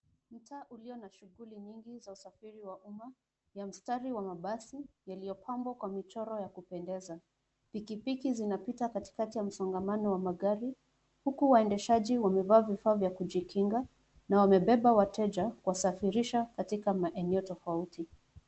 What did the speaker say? Mtaa ulio na shughuli nyingi za usafiri wa umma ya mstari wa mabasi yaliyochorwa kwa mstari wa kupendeza. Pikipiki zinapita katikati ya msongamano wa magari huku waendeshaji wamevaa vifaa vya kujikinga na wamebeba wateja kuwasafirisha katika maeneo tofauti.